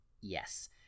yes